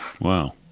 Wow